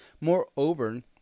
Moreover